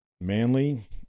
manly